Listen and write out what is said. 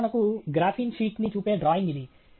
ఉదాహరణకు graphene sheet ని చూపే డ్రాయింగ్ ఇది